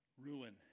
ruin